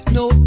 no